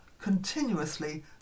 continuously